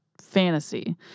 fantasy